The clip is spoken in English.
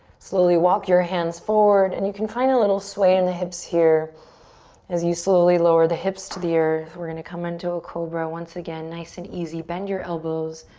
slowly walk your hands forward and you can find a little sway in the hips here as you slowly lower the hips to the earth. we're gonna come into a cobra once again, nice and easy. bend your elbows.